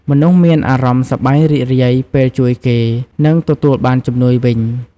មនុស្សមានអារម្មណ៍សប្បាយរីករាយពេលជួយគេ និងទទួលបានជំនួយវិញ។